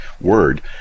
word